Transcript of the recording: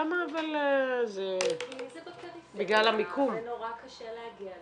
אבל למה --- כי זה בפריפריה ונורא קשה להגיע לשם.